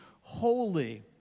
holy